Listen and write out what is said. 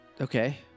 okay